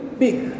big